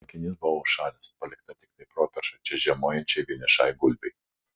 tvenkinys buvo užšalęs palikta tiktai properša čia žiemojančiai vienišai gulbei